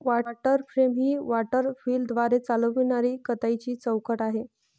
water frame ही water व्हीलद्वारे चालविणारी कताईची चौकट आहे